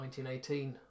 1918